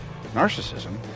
narcissism